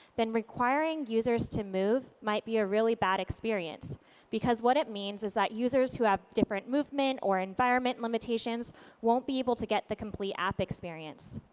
then requiring users to move might be a really bad experience because what it means is that users who have different movement or environment limitations won't be able to get the complete app experience.